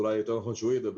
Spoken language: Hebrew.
אז אולי נכון יותר שהוא ידבר.